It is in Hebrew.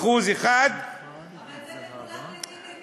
1% אבל זה כולם,